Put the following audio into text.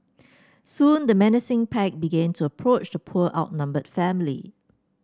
soon the menacing pack began to approach the poor outnumbered family